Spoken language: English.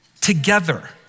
together